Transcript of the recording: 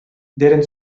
deren